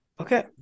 Okay